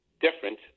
different